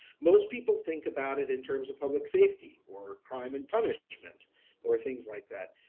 most people think about it in terms of public safety, or crime and punishment or things like that.